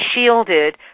shielded